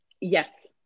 Yes